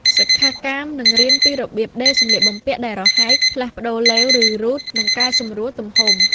សិក្ខាកាមនឹងរៀនពីរបៀប ដេរសំលៀកបំពាក់ដែលរហែក ផ្លាស់ប្តូរឡេវ ឬរ៉ូត និងកែសម្រួលទំហំ។